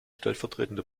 stellvertretende